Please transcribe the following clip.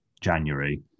January